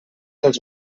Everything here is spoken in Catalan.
els